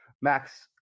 Max